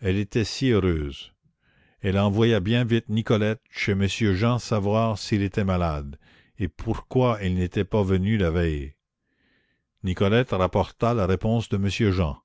elle était si heureuse elle envoya bien vite nicolette chez monsieur jean savoir s'il était malade et pourquoi il n'était pas venu la veille nicolette rapporta la réponse de monsieur jean